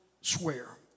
swear